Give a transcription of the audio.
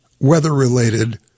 weather-related